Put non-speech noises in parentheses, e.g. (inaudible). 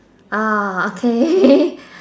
ah okay (laughs)